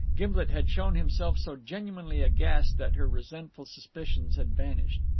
gimblet had shown himself so genuinely aghast that her resentful suspicions had vanished.